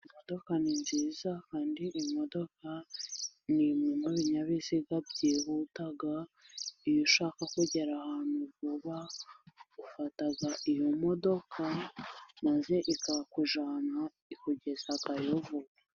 Imodoka ni nziza kandi imodoka ni mwe mu binyabiziga byihuta, iyo ushaka kugera ahantu vuba ufata iyo modoka maze ikakujyana ikugezayo vuba.